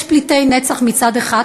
יש פליטי נצח מצד אחד,